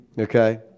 Okay